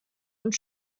und